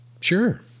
Sure